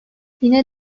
yine